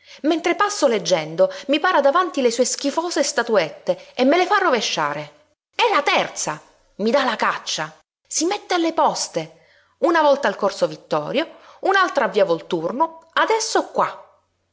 mentre passo leggendo mi para davanti le sue schifose statuette e me le fa rovesciare è la terza i dà la caccia si mette alle poste una volta al corso vittorio un'altra a via volturno adesso qua